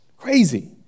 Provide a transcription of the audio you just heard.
Crazy